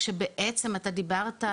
כשבעצם אתה דיברת,